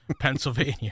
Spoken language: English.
Pennsylvania